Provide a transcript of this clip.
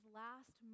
last